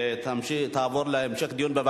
אפשר להוסיף את קולי?